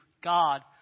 God